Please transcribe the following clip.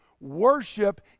Worship